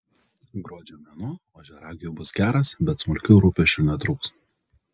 gruodžio mėnuo ožiaragiui bus geras bet smulkių rūpesčių netrūks